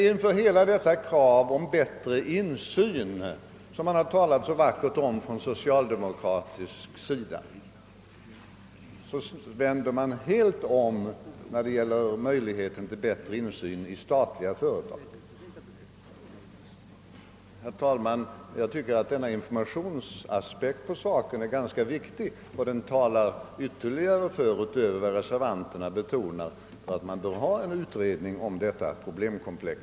Fastän socialdemokraterna har talat så vackert om insyn vänder de helt om när det gäller. möjligheten till bättre insyn i statliga företag. Herr talman! Jag tycker att informationsaspekten på frågan är ganska viktig, och den talar ytterligare — utöver vad reservanterna betonar — för att det behöver företas en utredning om detta problemkomplex.